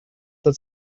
that